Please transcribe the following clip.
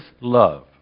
love